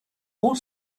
more